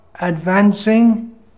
advancing